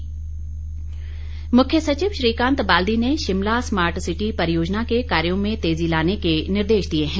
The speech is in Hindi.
मुख्य सचिव मुख्य सचिव श्रीकान्त बाल्दी ने शिमला स्मार्ट सिटी परियोजना के कार्यो में तेजी लाने के निर्देश दिए हैं